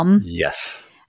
Yes